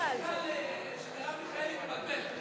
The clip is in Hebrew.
המיקרופון של מרב מיכאלי מבלבל.